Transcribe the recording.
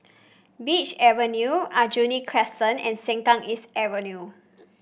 Beach Road Aljunied Crescent and Sengkang East Avenue